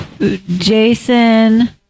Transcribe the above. Jason